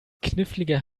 knifflige